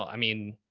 i mean,